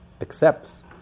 accepts